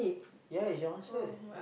ya it's your answer